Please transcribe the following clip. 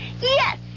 Yes